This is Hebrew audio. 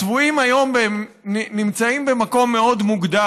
הצבועים היום נמצאים במקום מאוד מוגדר: